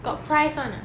got price [one] ah